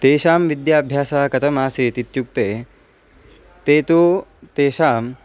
तेषां विद्याभ्यासः कथम् आसीत् इत्युक्ते ते तु तेषां